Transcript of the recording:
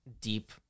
deep